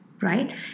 right